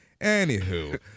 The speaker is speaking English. Anywho